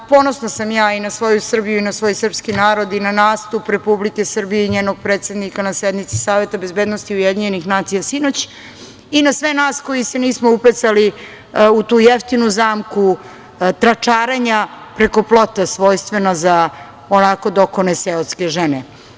Ponosna sam ja i na svoju Srbiju i na svoj srpski narod i na nastup Republike Srbije i njenog predsednika na sednici Saveta bezbednosti UN sinoć i na sve nas koji se nismo upecali u tu jeftinu zamku tračarenja preko plota, svojstveno za onako dokone seoske žene.